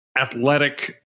athletic